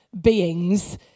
beings